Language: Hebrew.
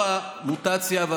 לנוכח המוטציה,